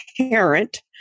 parent